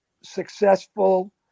successful